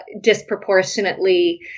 disproportionately